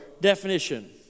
definition